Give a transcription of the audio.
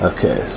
Okay